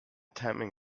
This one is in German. timing